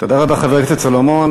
תודה רבה, חבר הכנסת סולומון.